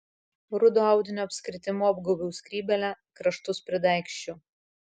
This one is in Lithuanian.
rudo audinio apskritimu apgaubiau skrybėlę kraštus pridaigsčiau